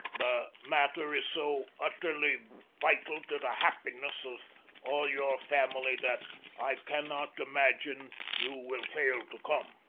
the matter is so utterly vital to the happiness of all your family, that i cannot imagine you will fail to come.